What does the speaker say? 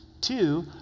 Two